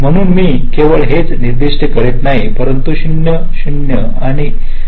म्हणून मी केवळ हेच निर्दिष्ट करत नाही परंतु 0 0 आणि 0